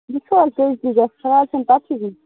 وُچھو حظ کٔژِ دۅہۍ گَژھِ فِلحال چھ پَتہٕ ہے وُنہِ